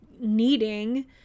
needing